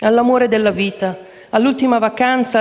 all'amore della vita, all'ultima vacanza,